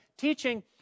teaching